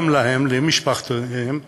להם, למשפחותיהם ולמדינה.